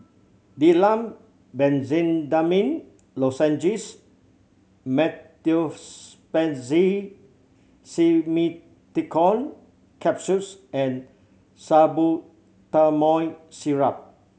Difflam Benzydamine Lozenges Meteospasmyl Simeticone Capsules and Salbutamol Syrup